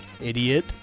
idiot